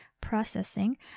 processing